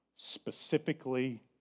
Specifically